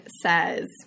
says